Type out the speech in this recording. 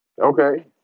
Okay